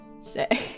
say